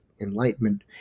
enlightenment